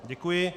Děkuji.